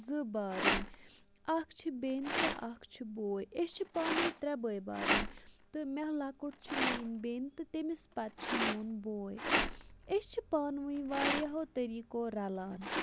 زٕ بارٕنۍ اکھ چھِ بیٚنہِ تہٕ اکھ چھُ بوٚے أسۍ چھِ پانہٕ وٲنۍ ترٛےٚ بٲے بارٕنۍ تہٕ مےٚ لۅکُٹ چھُ میٛٲنۍ بیٚنہِ تہٕ تٔمِس پَتہٕ چھُ میٛون بوٚے أسۍ چھِ پانہٕ وٲنۍ واریاہَو طریٖقو رَلان